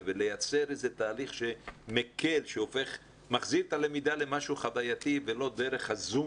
ולייצר איזה תהליך שמקל ומחזיר את הלמידה למשהו חווייתי ולא דרך ה-זום